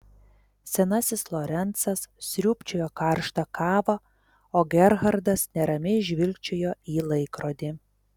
senasis lorencas sriūbčiojo karštą kavą o gerhardas neramiai žvilgčiojo į laikrodį